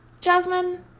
Jasmine